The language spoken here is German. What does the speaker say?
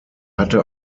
hatte